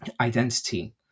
identity